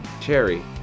cherry